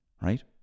right